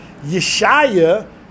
Yeshaya